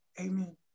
Amen